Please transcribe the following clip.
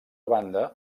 banda